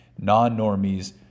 Non-normies